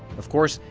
of course,